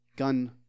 gun